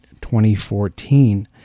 2014